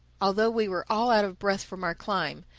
although we were all out of breath from our climb,